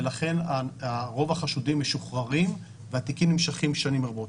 ולכן רוב החשודים משוחררים והתיקים נמשכים שנים רבות.